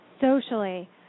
Socially